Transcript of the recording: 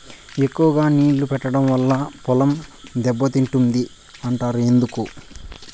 ఎక్కువగా నీళ్లు పెట్టడం వల్ల పొలం దెబ్బతింటుంది అంటారు ఎందుకు?